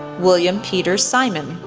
william peter simon,